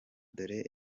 dore